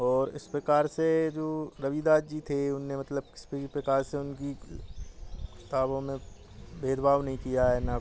और इस प्रकार से जो रविदास जी थे उन्होंने मतलब इस प्रकार से उनकी किताबों में भेदभाव नहीं किया है ना